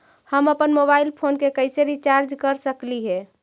हम अप्पन mobile phone के कैसे रिचार्ज कर सकली हे?